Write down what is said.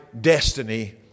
destiny